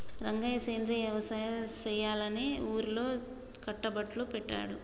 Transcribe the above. రంగయ్య సెంద్రియ యవసాయ సెయ్యాలని ఊరిలో కట్టుబట్లు పెట్టారు